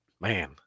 man